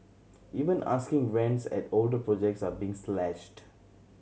even asking rents at older projects are being slashed